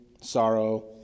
sorrow